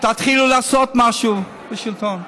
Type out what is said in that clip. תתחילו לעשות משהו בשלטון.